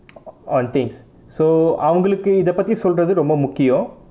on things so அவங்களுக்கு இதை பத்தி சொல்றது ரொம்ப முக்கியம்:avangalukku ithai pathi solrathu romba mukkiyam